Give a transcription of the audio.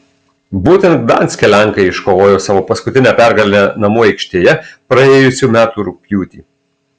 būtent gdanske lenkai iškovojo savo paskutinę pergalę namų aikštėje praėjusių metų rugpjūtį